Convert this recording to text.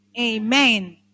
Amen